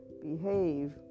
behave